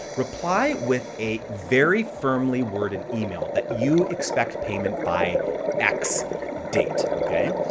reply with a very firmly worded email that you expect payment by x date, okay?